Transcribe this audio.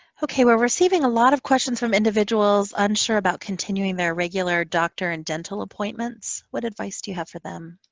okay. we're receiving a lot of questions from individuals unsure about continuing their regular doctor and dental appointments. what advice do you have for them?